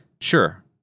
Sure